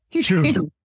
True